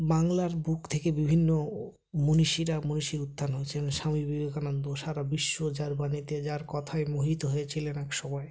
বাংলার বুক থেকে বিভিন্ন মনীষীরা মনীষীর উত্থান হয়েছে স্বামী বিবেকানন্দ সারা বিশ্ব যার বাণীতে যার কথায় মোহিত হয়েছিলেন এক সময়